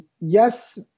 Yes